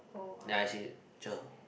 then I say cher